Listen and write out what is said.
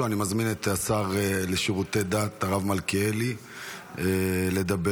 אני מזמין את השר לשירותי דת, הרב מלכיאלי, לדבר.